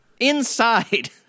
Inside